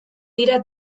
dira